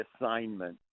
assignment